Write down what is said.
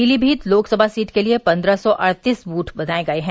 Pilibhit Lok Sabha seat के लिए पन्द्रह सौ अड़तीस द्वथ बनाए गये हैं